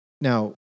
Now